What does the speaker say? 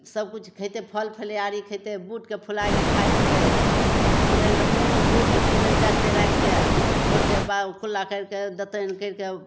सबकिछु खइतय फल फलिहारी खइतय बूटके फुलायके खाय लेतय फूलय लऽ मूँग बूट फूलय लऽ दै देतय रातिके भोरके कुल्ला करिके दतमनि करिके